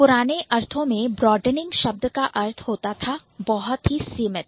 जब हम पुराने अर्थों में ब्रॉडेनिंग कहते हैं तो तब इसका अर्थ होता था बहुत सीमित